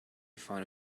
found